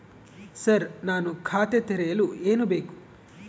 Sir ನಾನು ಖಾತೆ ತೆರೆಯಲು ಏನು ಬೇಕು?